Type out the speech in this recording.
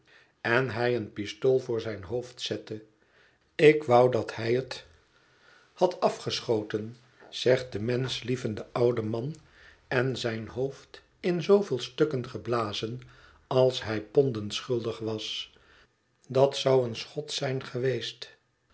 en hij een pistool voor zijn hoofd zette ik wou dat hij het had afgeschoten zegt de menschlievende oude man en zijn hoofd in zooveel stukken geblazen als hij ponden schuldig was dat zou een schot zijn geweest